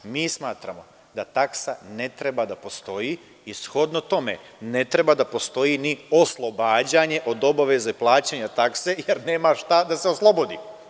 Mi smatramo da taksa ne treba da postoji i, shodno tome, ne treba da postoji ni oslobađanje od obaveze plaćanja takse, jer nema šta da se oslobodi.